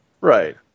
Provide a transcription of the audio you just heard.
Right